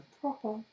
Proper